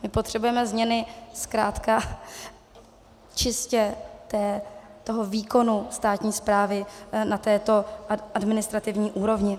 My potřebujeme změny zkrátka čistě toho výkonu státní správy na této administrativní úrovni.